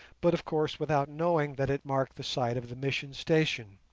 but of course without knowing that it marked the site of the mission station.